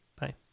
Bye